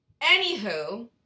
anywho